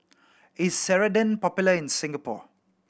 is Ceradan popular in Singapore